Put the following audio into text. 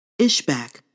Ishbak